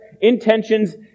intentions